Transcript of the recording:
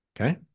Okay